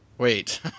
Wait